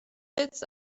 bits